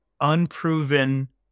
unproven